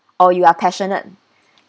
oh you are passionate